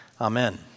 Amen